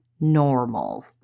normal